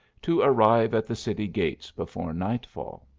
to arrive at the city gates before nightfall.